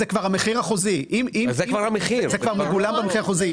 זה כבר המחיר החוזי, זה כבר מגולם במחיר החוזי.